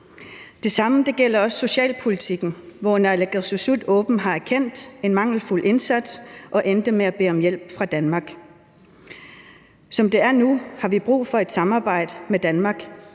Det samme gælder også socialpolitikken, hvor naalakkersuisut åbent har erkendt en mangelfuld indsats og endte med at bede om hjælp fra Danmark. Som det er nu, har vi brug for et samarbejde med Danmark,